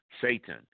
Satan